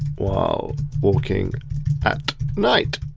while walking at night.